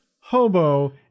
hobo